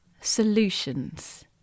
solutions